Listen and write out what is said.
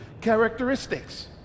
characteristics